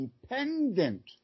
dependent